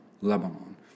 Lebanon